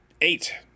Eight